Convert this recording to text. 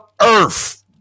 Earth